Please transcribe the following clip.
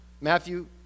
Matthew